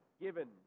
given